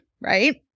right